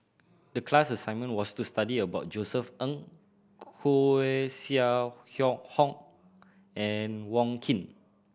the class assignment was to study about Josef Ng Koeh Sia Yong Hong and Wong Keen